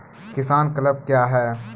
किसान क्लब क्या हैं?